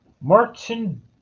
Martin